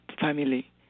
family